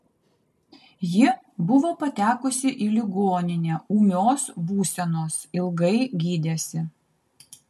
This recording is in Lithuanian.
ji buvo patekusi į ligoninę ūmios būsenos ilgai gydėsi